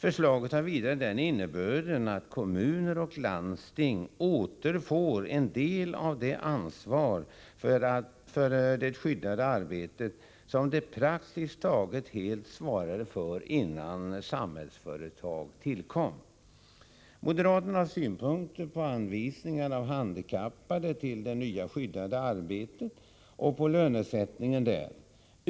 Förslaget har vidare den innebörden att kommuner och landsting återfår en del av det ansvar för det skyddade arbetet som de hade innan Samhällsföretag tillkom. Moderaterna har synpunkter på anvisningen av handikappade till det nya skyddade arbetet och på lönesättningen där.